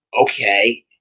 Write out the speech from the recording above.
okay